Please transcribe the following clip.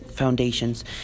foundations